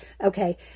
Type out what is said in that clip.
Okay